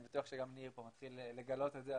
אני בטוח שגם פה נתחיל לגלות את זה.